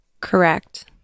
Correct